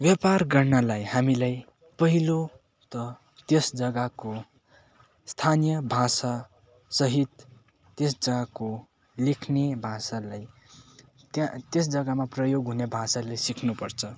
व्यापार गर्नलाई हामीलाई पहिलो त त्यस जग्गाको स्थानीय भाषासहित त्यस जग्गाको लेख्ने भाषालाई त्यहाँ त्यस जग्गामा प्रोयग हुने भाषालाई सिक्नुपर्छ